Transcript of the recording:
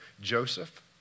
Joseph